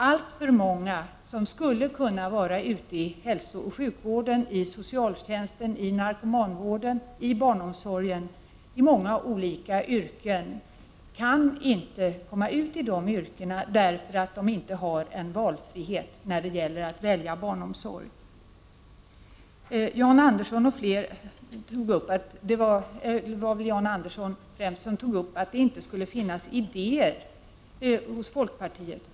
Alltför många som skulle kunna vara ute i hälsooch sjukvården, i socialtjänsten, i narkomanvården, i barnomsorgen, i många olika yrken kan inte komma ut i de yrkena därför att de inte har valfrihet när det gäller barnomsorgen. Det var väl främst Jan Andersson som påstod att det inte skulle finnas idéer hos folkpartiet.